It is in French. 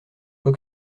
quoi